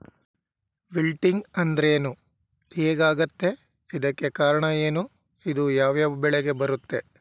Wilting ಅಂದ್ರೇನು? ಹೆಗ್ ಆಗತ್ತೆ? ಇದಕ್ಕೆ ಕಾರಣ ಏನು? ಇದು ಯಾವ್ ಯಾವ್ ಬೆಳೆಗೆ ಬರುತ್ತೆ?